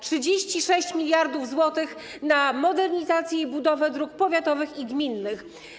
36 mld zł na modernizację i budowę dróg powiatowych i gminnych.